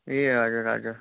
ए हजुर हजुर